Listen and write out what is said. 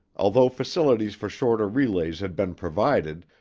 although facilities for shorter relays had been provided,